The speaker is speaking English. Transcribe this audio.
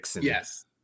yes